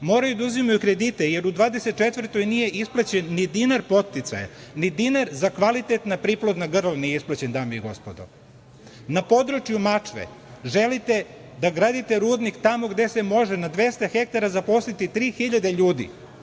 moraju da uzimaju kredite, jer u 2024. godini nije isplaćen ni dinar podsticaja, ni dinar za kvalitetna priplodna grla nije isplaćen dame i gospodo. Na području Mačve želite da gradite rudnik tamo gde se može na 200 hektara zaposliti 3.000 ljudi